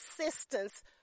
assistance